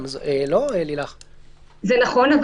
זה נכון,